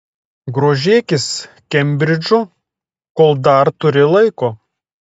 grožėkis kembridžu kol dar turi laiko